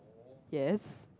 yes